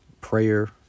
Prayer